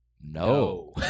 No